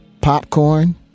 popcorn